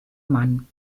mann